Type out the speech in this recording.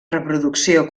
reproducció